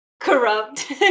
corrupt